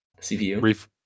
CPU